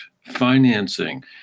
financing